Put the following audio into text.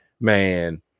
Man